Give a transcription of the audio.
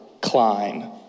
Klein